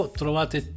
trovate